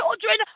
children